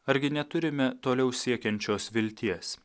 argi neturime toliau siekiančios vilties